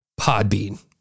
Podbean